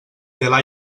the